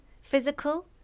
physical